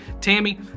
Tammy